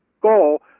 goal